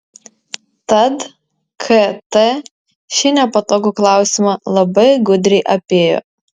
tad kt šį nepatogų klausimą labai gudriai apėjo